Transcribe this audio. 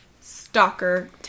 stalker